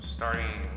Starting